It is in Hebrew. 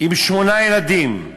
עם שמונה ילדים,